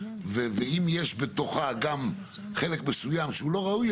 ואם יש בתוכה גם חלק מסוים שהוא לא ראוי,